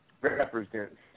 represent